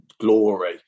glory